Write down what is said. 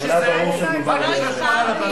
אני קובע שהתיקון נתקבל ובקשת ועדת החוקה,